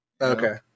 Okay